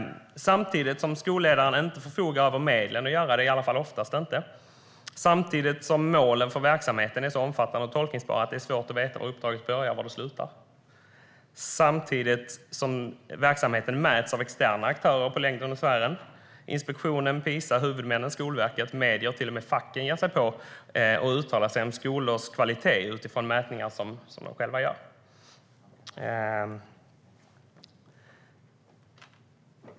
Samtidigt förfogar skolledaren inte över medlen att göra det, i alla fall oftast inte. Målen för verksamheten är också så omfattande och tolkningsbara att det är svårt att veta var uppdraget börjar och var det slutar. Samtidigt mäts verksamheten av externa aktörer på längden och tvären - inspektionen, PISA, huvudmännen, Skolverket och medier. Till och med facken ger sig på att uttala sig om skolors kvalitet utifrån mätningar som de själva gör.